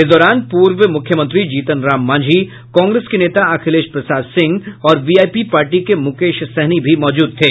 इस दौरान पूर्व मुख्यमंत्री जीतन राम मांझी कांग्रेस के नेता अखिलेश प्रसाद सिंह और वीआईपी पार्टी के मुकेश सहनी भी मौजूद थे